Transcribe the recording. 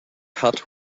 hut